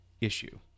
issue